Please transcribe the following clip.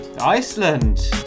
Iceland